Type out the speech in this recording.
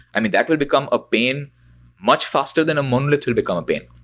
i mean, that will become a pain much faster than a monolith will become a pain.